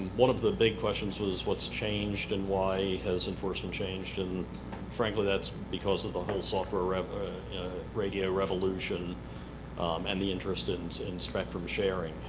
one of the big questions was, what's changed, and why has enforcement changed? and frankly, that's because of the whole software radio revolution and the interest in in spectrum sharing.